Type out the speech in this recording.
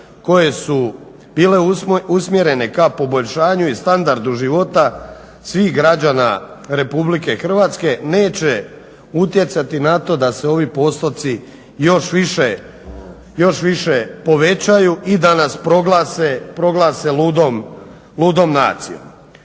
koje su bile usmjerene ka poboljšanju i standardu života svih građana Republike Hrvatske neće utjecati na to da se ovi postotci još više povećaju i da nas proglase ludom nacijom.